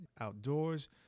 outdoors